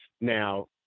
Now